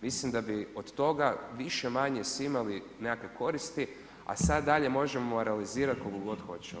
Mislim da bi od toga više-manje svi imali nekakve koristi, a sad dalje možemo analizirat kolko god hoćemo.